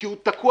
כי הוא תקוע,